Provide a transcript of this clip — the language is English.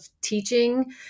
teaching